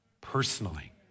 personally